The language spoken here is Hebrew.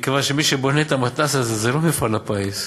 מכיוון שמי שבונה את המתנ"ס הזה זה לא מפעל הפיס,